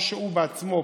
או שהוא פונה